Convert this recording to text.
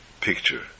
picture